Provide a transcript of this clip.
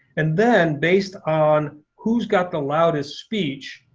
and then, based on who's got the loudest speech,